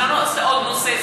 זה לא עוד נושא,